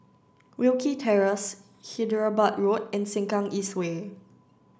Wilkie Terrace Hyderabad Road and Sengkang East Way